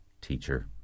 teacher